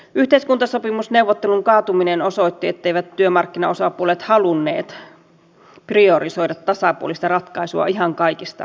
yhteiskuntasopimusneuvottelun kaatuminen osoitti etteivät työmarkkinaosapuolet halunneet priorisoida tasapuolista ratkaisua ihan kaikista tärkeimmäksi